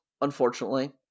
unfortunately